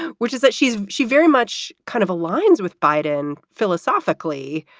which is that she's she very much kind of aligns with biden philosophically,